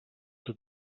que